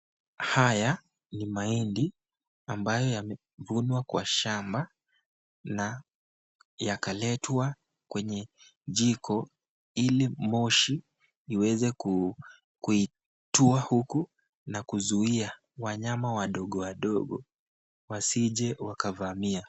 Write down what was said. Haya ni mahindi ambayo yamevunwa kwa shamba na yakaletwa kwenye jiko ili moshi iweze kuitua huku na kuzuia wanyama wadogo wadogo wasije wakavamia.